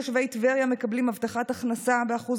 תושבי טבריה מקבלים הבטחת הכנסה באחוז